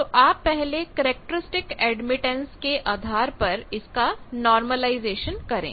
तो आप पहले कैरेक्टरिस्टिक एडमिटेंस के आधार पर इसका नार्मलाईज़ेशन करें